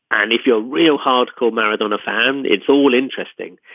and if you're real hardcore married on a fan it's all interesting.